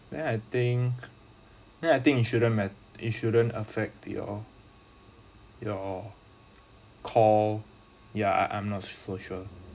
then I think then I think it shouldn't matt~ it shouldn't affect your your call yeah I'm I'm not so sure